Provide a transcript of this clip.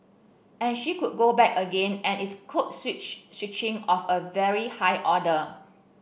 and she could go back again and it's code switch switching of a very high order